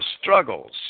struggles